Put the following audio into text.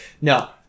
no